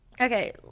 okay